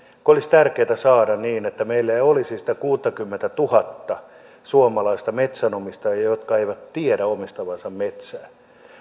kun olisi tärkeätä saada niin että meillä ei olisi sitä kuuttakymmentätuhatta suomalaista metsänomistajaa jotka eivät tiedä omistavansa metsää